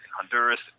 Honduras